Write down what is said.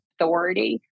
authority